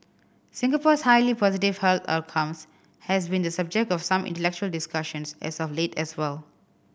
Singapore's highly positive health outcomes has been the subject of some intellectual discussions as of late as well